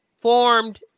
formed